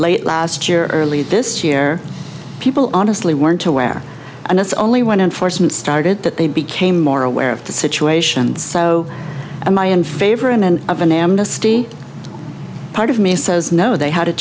late last year early this year people honestly weren't aware and it's only when enforcement started that they became more aware of the situation and so am i in favor of end of an amnesty part of me says no they had a